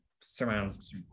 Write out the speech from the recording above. surrounds